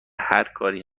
هرکاری